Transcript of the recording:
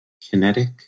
Kinetic